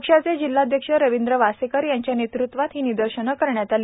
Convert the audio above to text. पक्षाचे जिल्हाध्यक्ष रवींद्र वासेकर यांच्या नेतृत्वात ही निदर्शने करण्यात आली